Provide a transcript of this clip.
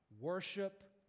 Worship